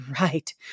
right